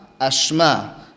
ashma